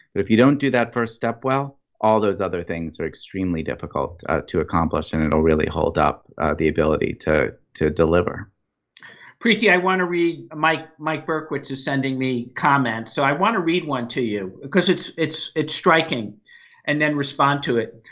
but if you don't do that first step well, all those other things are extremely difficult to accomplish and it will really hold up the ability to to deliver. howard bauchner preeti i want to read mike mike berkowicz's sunday me comments so i want to read one to you. because it's it's it's striking and then respond to it.